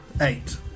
Eight